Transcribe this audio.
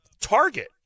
target